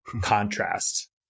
contrast